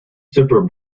super